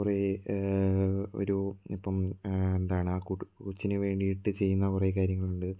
കുറെ ഒരു ഇപ്പം എന്താണ് ആ കു കൊച്ചിന് വേണ്ടിയിട്ട് ചെയ്യുന്ന കുറെ കാര്യങ്ങളുണ്ട്